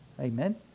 Amen